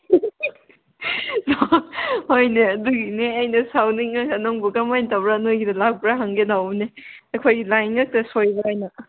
ꯍꯣꯏꯅꯦ ꯑꯗꯨꯒꯤꯅꯦ ꯑꯩꯅ ꯁꯥꯎꯅꯤꯡꯂꯒ ꯅꯪꯕꯨ ꯀꯔꯝ ꯍꯥꯏꯅ ꯇꯧꯕ꯭ꯔꯥ ꯅꯣꯏꯒꯤꯗ ꯂꯥꯛꯄ꯭ꯔꯥ ꯍꯪꯒꯦ ꯇꯧꯕꯅꯤ ꯑꯩꯈꯣꯏꯒꯤ ꯂꯥꯏꯟ ꯉꯥꯛꯇ ꯁꯣꯏꯕ꯭ꯔꯥ ꯍꯥꯏꯅ